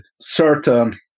certain